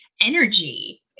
energy